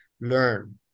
learn